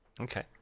Okay